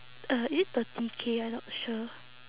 uh is it thirty K I not sure